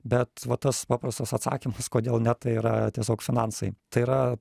bet va tas paprastas atsakymas kodėl ne tai yra tiesiog finansai tai yra